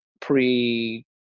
pre-